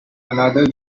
another